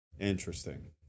Interesting